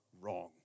wrong